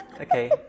Okay